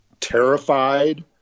terrified